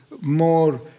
more